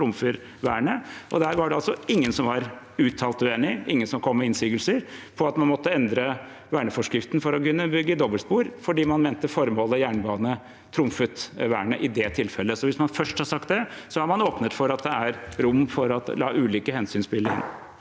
trumfer vernet. Der var det altså ingen som var uttalt uenig, ingen som kom med innsigelser eller sa at man måtte endre verneforskriften for å kunne bygge dobbeltspor, fordi man mente formålet jernbane trumfet vernet i det tilfellet. Hvis man først har sagt det, har man åpnet for at det er rom for å la ulike hensyn spille inn.